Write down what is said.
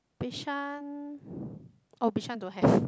bishan oh bishan don't have